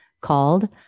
called